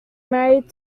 married